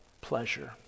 pleasure